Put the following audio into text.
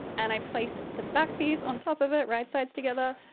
and i placed the back piece on top of it, right-sides together.